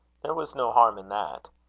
there was no harm in that.